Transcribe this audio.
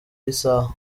isaha